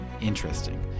interesting